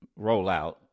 rollout